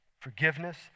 forgiveness